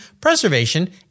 Preservation